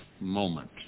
moment